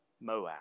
Moab